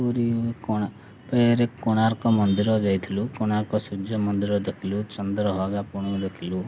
ପୁରୀ କୋଣାର୍କରେ କୋଣାର୍କ ମନ୍ଦିର ଯାଇଥିଲୁ କୋଣାର୍କ ସୂର୍ଯ୍ୟ ମନ୍ଦିର ଦେଖିଲୁ ଚନ୍ଦ୍ରଭାଗା ପୁଣି ଦେଖିଲୁ